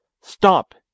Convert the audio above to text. Stop